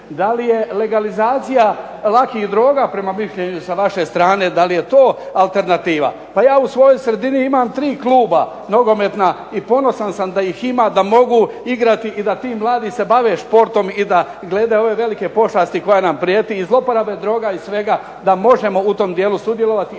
Da li je legalizacija lakih droga prema mišljenju s vaše strane, da li je to alternativa? Pa ja u svojoj sredini imam tri kluba nogometna i sretan sam da ih ima da mogu igrati i da ti mladi se mogu baviti športom i da gledaju ove velike pošasti koje nam prijeti i zloporabe droga i svega, da možemo u tom dijelu sudjelovati